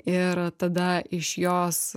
ir tada iš jos